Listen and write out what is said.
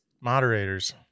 moderators